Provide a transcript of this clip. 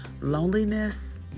Loneliness